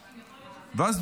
ואז,